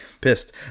Pissed